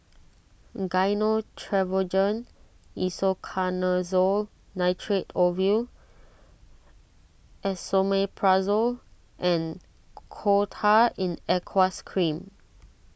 Gyno Travogen Isoconazole Nitrate Ovule Esomeprazole and Coal Tar in Aqueous Cream